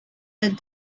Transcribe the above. that